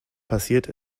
passiert